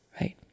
right